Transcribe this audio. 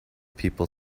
people